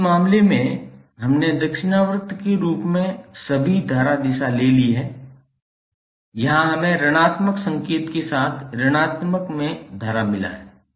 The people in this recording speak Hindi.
अब इस मामले में हमने दक्षिणावर्त के रूप में सभी धारा दिशा ले ली है यहां हमें ऋणात्मक संकेत के साथ ऋणात्मक में धारा मिला है